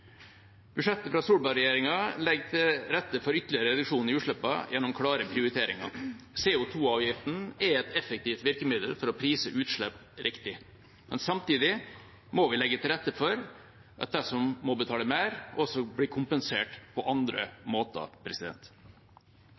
Budsjettet fra Solberg-regjeringa legger til rette for ytterligere reduksjoner i utslippene gjennom klare prioriteringer. CO2-avgiften er et effektivt virkemiddel for å prise utslipp riktig. Samtidig må vi legge til rette for at de som må betale mer, også blir kompensert på andre måter.